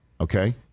Okay